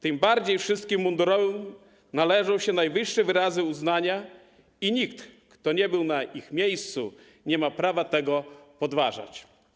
Tym bardziej wszystkim mundurowym należą się najwyższe wyrazy uznania i nikt, kto nie był na ich miejscu, nie ma prawa tego podważać.